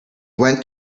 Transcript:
went